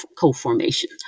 co-formation